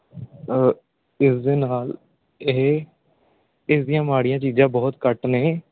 ਇਸਦੇ ਨਾਲ ਇਹ ਇਸ ਦੀਆਂ ਮਾੜੀਆਂ ਚੀਜ਼ਾਂ ਬਹੁਤ ਘੱਟ ਨੇ